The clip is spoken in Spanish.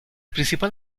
principal